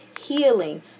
healing